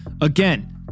again